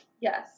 Yes